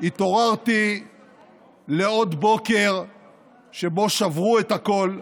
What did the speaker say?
התעוררתי לעוד בוקר שבו שברו את הכול,